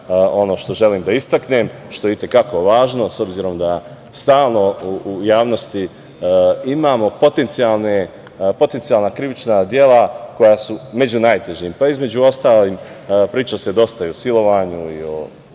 ono što želim da istaknem, što je i te kako važno, s obzirom da stalno u javnosti imamo potencijalna krivična dela koja su među najtežim, pa između ostalog priča se dosta i o silovanju, o